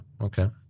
Okay